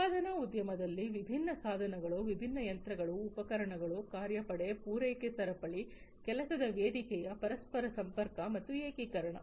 ಉತ್ಪಾದನಾ ಉದ್ಯಮದಲ್ಲಿ ವಿಭಿನ್ನ ಸಾಧನಗಳು ವಿಭಿನ್ನ ಯಂತ್ರಗಳು ಉಪಕರಣಗಳು ಕಾರ್ಯಪಡೆ ಪೂರೈಕೆ ಸರಪಳಿ ಕೆಲಸದ ವೇದಿಕೆಯ ಪರಸ್ಪರ ಸಂಪರ್ಕ ಮತ್ತು ಏಕೀಕರಣ